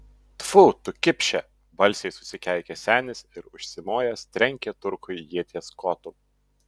tfu tu kipše balsiai susikeikė senis ir užsimojęs trenkė turkui ieties kotu